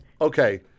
Okay